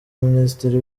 minisitiri